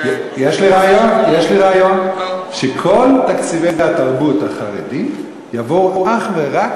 יש לי רעיון: שכל תקציבי התרבות החרדית יבואו אך ורק